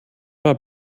war